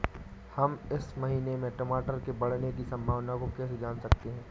हम इस महीने में टमाटर के बढ़ने की संभावना को कैसे जान सकते हैं?